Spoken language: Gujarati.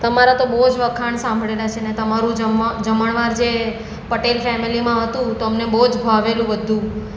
તમારા તો બહુ જ વખાણ સાંભળેલા છે ને તમારું જમણવાર જે પટેલ ફેમેલીમાં હતું તો અમને બહુ જ ભાવેલું બધું